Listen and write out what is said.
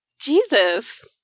Jesus